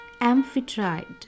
Amphitrite